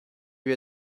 lui